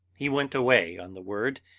he went away on the word,